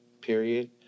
period